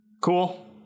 cool